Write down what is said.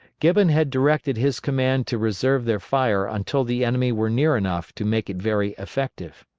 gibbon had directed his command to reserve their fire until the enemy were near enough to make it very effective.